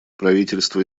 правительства